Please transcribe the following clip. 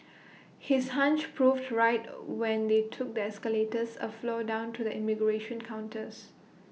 his hunch proved right when they took the escalators A floor down to the immigration counters